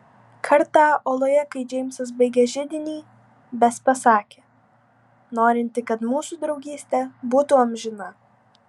kartą oloje kai džeimsas baigė židinį bes pasakė norinti kad mūsų draugystė būtų amžina